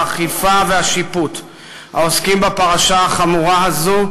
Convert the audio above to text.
האכיפה והשיפוט העוסקים בפרשה החמורה הזו,